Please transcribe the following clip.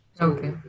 Okay